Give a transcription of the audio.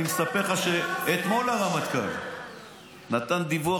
אני מספר לך שאתמול הרמטכ"ל נתן דיווח